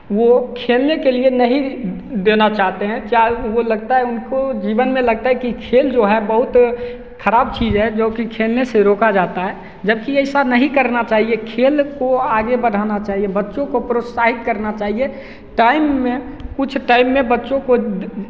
वो खेलने के लिए नहीं देना चाहते हैं चा वो लगता है उनको जीवन में लगता है कि खेल जो है बहुत ख़राब चीज है जो कि खेलने से रोका जाता है जबकि ऐसा नहीं करना चाहिए खेल को आगे बढ़ाना चाहिए बच्चों को प्रोत्साहित करना चाहिए टाइम में कुछ टाइम में बच्चों को